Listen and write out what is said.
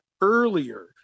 earlier